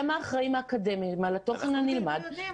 שהם האחראים האקדמיים על התוכן הנלמד,